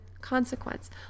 consequence